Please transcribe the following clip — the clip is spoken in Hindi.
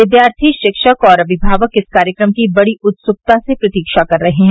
विद्यार्थी शिक्षक और अभिभावक इस कार्यक्रम की बड़ी उत्सुकता से प्रतीक्षा कर रहे हैं